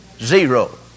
Zero